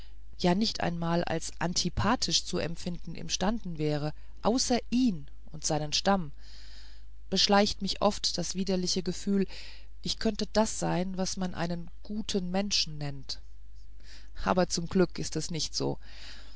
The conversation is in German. ja nicht einmal als antipathisch zu empfinden imstande wäre außer ihn und seinen stamm beschleicht mich oft das widerliche gefühl ich könnte das sein was man einen guten menschen nennt aber zum glück ist es nicht so